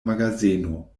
magazeno